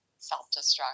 self-destruct